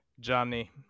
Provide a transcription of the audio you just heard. Johnny